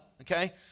Okay